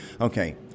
Okay